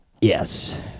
Yes